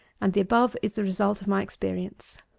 and the above is the result of my experience.